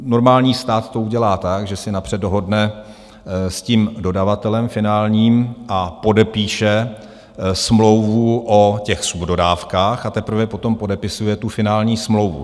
Normální stát to udělá tak, že se napřed dohodne s dodavatelem finálním, podepíše smlouvu o subdodávkách a teprve potom podepisuje finální smlouvu.